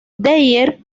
dyer